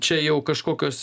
čia jau kažkokios